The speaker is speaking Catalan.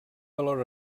valor